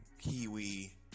kiwi